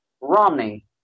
Romney